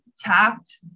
tapped